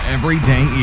Everyday